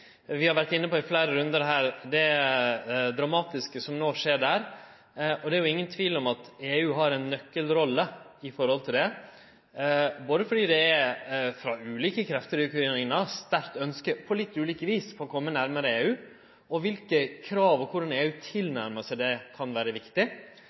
rundar her vore innom det dramatiske som no skjer der. Det er ingen tvil om at EU har ei nøkkelrolle i det, fordi det frå ulike kreftar i Ukraina er eit sterkt ønske – på litt ulike vis – om å kome nærmare EU, og kva krav ein har og korleis EU